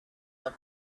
them